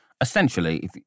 essentially